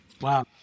Wow